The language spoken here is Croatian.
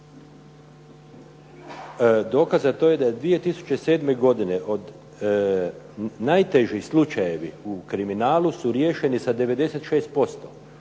Dokaz za to je da je 2007. godine od, najteži slučajevi u kriminalu su riješeni sa 96%.